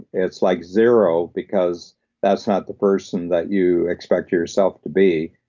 it's like zero because that's not the person that you expect yourself to be.